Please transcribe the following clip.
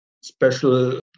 Special